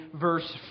verse